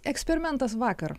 eksperimentas vakar